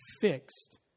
fixed